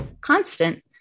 constant